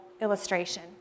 illustration